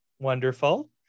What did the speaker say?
Wonderful